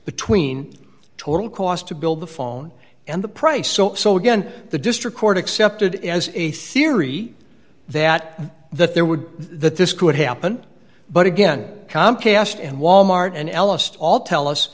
between the total cost to build the phone and the price so so again the district court accepted as a theory that that there would be that this could happen but again comcast and wal mart and l s t all tell us